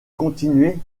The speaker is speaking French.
continuer